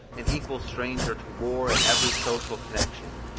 an equal stranger to war and every social connection,